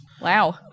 Wow